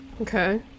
Okay